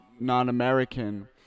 non-american